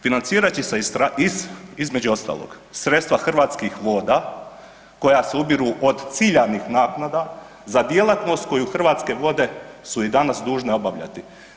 Financirat će se iz, između ostalog, sredstva Hrvatskih voda koja se ubiru od ciljanih naknada za djelatnost koju Hrvatske vode su i danas dužne obavljati.